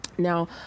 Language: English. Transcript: Now